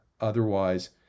Otherwise